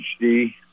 HD